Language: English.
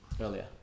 earlier